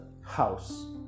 house